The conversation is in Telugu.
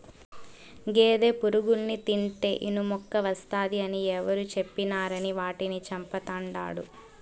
గేదె పురుగుల్ని తింటే ఇనుమెక్కువస్తాది అని ఎవరు చెప్పినారని వాటిని చంపతండాడు